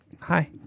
Hi